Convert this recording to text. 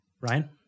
ryan